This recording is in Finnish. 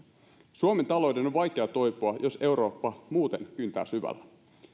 suomen talouden on vaikea toipua jos eurooppa muuten kyntää syvällä